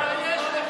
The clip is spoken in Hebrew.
תתבייש לך.